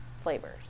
flavors